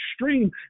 extreme